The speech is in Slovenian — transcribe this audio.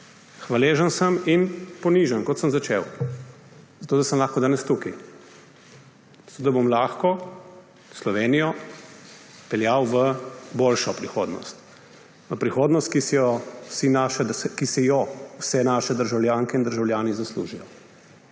Hvaležen sem in ponižen, kot sem začel, za to, da sem lahko danes tukaj, za to, da bom lahko Slovenijo peljal v boljšo prihodnost. V prihodnost, ki si jo vse naše državljanke in državljani zaslužijo.